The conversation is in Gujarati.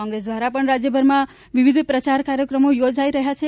કોંગ્રેસ દ્વારા પણ રાજ્યભરમાં વિવિધ પ્રચાર કાર્યક્રમો યોજાઈ રહ્યા છે